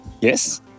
Yes